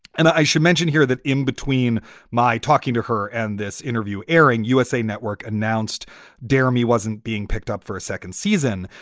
and i should mention here that in between my talking to her and this interview airing usa network announced dharam, he wasn't being picked up for a second season,